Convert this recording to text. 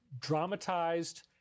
dramatized